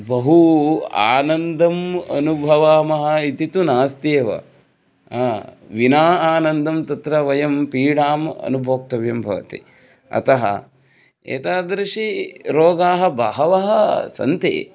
बहु आनन्दम् अनुभवामः इति तु नास्ति एव ह विना आनन्दं तत्र वयं पीडाम् अनुभोक्तव्यं भवति अतः एतादृशाः रोगाः बहवः सन्ति